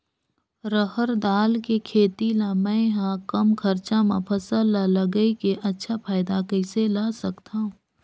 रहर दाल के खेती ला मै ह कम खरचा मा फसल ला लगई के अच्छा फायदा कइसे ला सकथव?